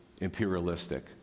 imperialistic